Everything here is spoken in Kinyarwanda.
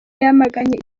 yamaganye